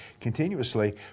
continuously